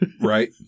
Right